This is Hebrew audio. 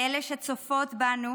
לאלה שצופות בנו